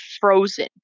frozen